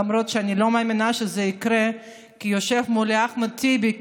למרות שאני לא מאמינה שזה יקרה; יושב מולי אחמד טיבי,